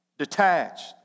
detached